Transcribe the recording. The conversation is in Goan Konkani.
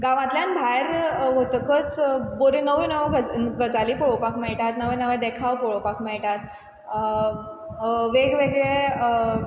गांवातल्यान भायर वतकच बऱ्यो नव्यो नवो गज गजाली पळोवपाक मेळटात नवे नवे देखाव पळोवपाक मेळटात वेगवेगळे